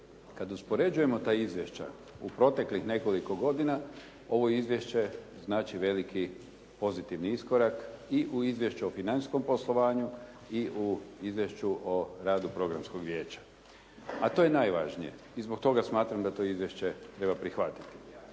Kada uspoređujemo ta izvješća u proteklih nekoliko godina, ovo izvješće znači veliki pozitivni iskorak i u izvješću o financijskom poslovanju i u izvješću o radu Programskog vijeća. A to je najvažnije i zbog toga smatram da to izvješće treba prihvatiti.